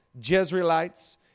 Jezreelites